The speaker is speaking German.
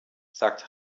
sagt